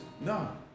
no